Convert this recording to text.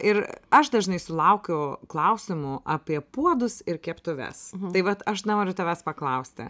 ir aš dažnai sulaukiu klausimų apie puodus ir keptuves tai vat aš noriu tavęs paklausti